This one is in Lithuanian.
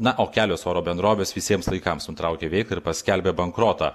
na o kelios oro bendrovės visiems laikams nutraukė veiklą ir paskelbia bankrotą